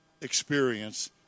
experience